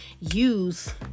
use